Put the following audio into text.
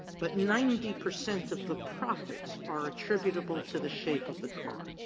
but ninety percent of the profits are attributable to the shape of the car.